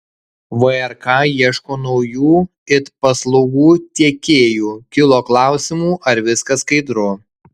vrk ieško naujų it paslaugų tiekėjų kilo klausimų ar viskas skaidru